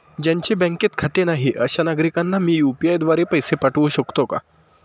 ज्यांचे बँकेत खाते नाही अशा नागरीकांना मी यू.पी.आय द्वारे पैसे पाठवू शकतो का?